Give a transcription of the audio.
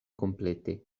komplete